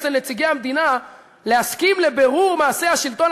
אצל נציגי המדינה להסכים לבירור מעשי השלטון